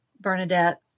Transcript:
Bernadette